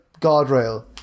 guardrail